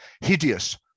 hideous